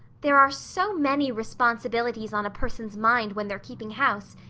there are so many responsibilities on a person's mind when they're keeping house,